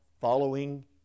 following